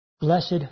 blessed